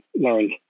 learned